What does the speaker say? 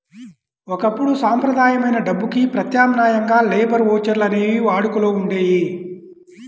ఒకప్పుడు సంప్రదాయమైన డబ్బుకి ప్రత్యామ్నాయంగా లేబర్ ఓచర్లు అనేవి వాడుకలో ఉండేయి